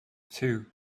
two